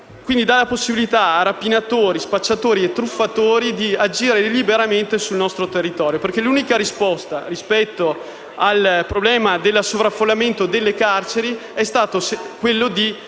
Quindi si dà la possibilità a rapinatori, spacciatori e truffatori di agire liberamente sul nostro territorio, perché l'unica risposta rispetto al problema del sovraffollamento delle carceri è stata quella di